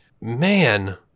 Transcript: Man